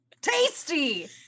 Tasty